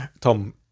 Tom